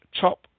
top